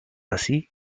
así